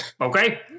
Okay